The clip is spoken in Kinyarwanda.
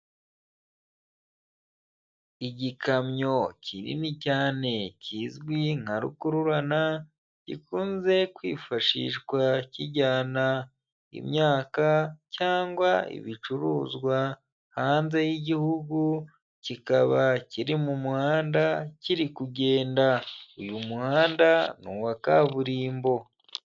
Igikamyo kinini cyane kizwi nka rukururana gikunze kwifashishwa kijyana imyaka cyangwa ibicuruzwa hanze y'igihugu kikaba kiri mu muhanda kiri kugenda, uyu muhanda ni uwa kaburimbo.